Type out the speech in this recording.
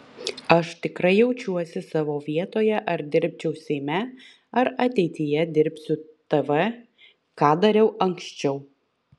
aš tikrai jaučiuosi savo vietoje ar dirbčiau seime ar ateityje dirbsiu tv ką dariau anksčiau